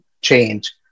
change